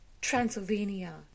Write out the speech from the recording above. Transylvania